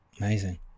amazing